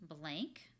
blank